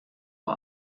uhr